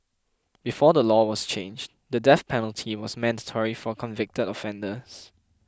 before the law was changed the death penalty was mandatory for convicted offenders